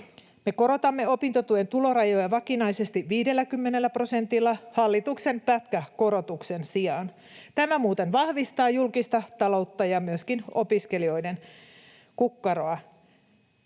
Me korotamme opintotuen tulorajoja vakinaisesti 50 prosentilla hallituksen pätkäkorotuksen sijaan. Tämä muuten vahvistaa julkista taloutta ja myöskin opiskelijoiden kukkaroa.